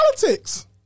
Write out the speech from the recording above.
politics